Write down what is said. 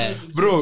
Bro